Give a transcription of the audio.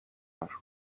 ash